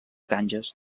ganges